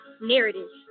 narratives